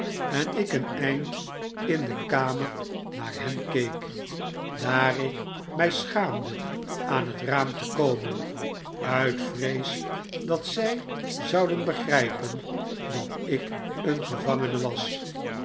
en ik een eind in de kamer naar hen keek daar ik mij schaamde aan het raam te komen uit vrees dat zij zouden begrijpen dat ik een gevangene was